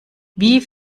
wie